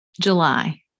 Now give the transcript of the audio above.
July